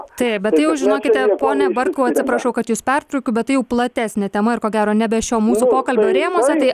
taip bet tai jau žinokite pone bartkau atsiprašau kad jus pertraukiu bet tai jau platesnė tema ir ko gero nebe šio mūsų pokalbio rėmuose tai